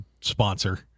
sponsor